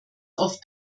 auf